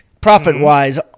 profit-wise